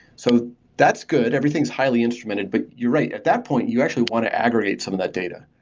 so that's good. everything is highly instrumented. but you're right, at that point, you actually want to aggravate some of that data.